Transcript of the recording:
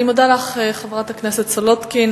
אני מודה לך, חברת הכנסת סולודקין.